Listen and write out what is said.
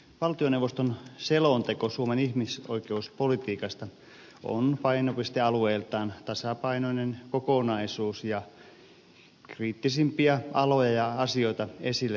valtioneuvoston selonteko suomen ihmisoikeuspolitiikasta on painopistealueiltaan tasapainoinen kokonaisuus ja kriittisimpiä aloja ja asioita esille nostava